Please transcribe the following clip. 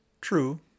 True